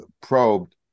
probed